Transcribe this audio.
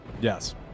Yes